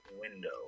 window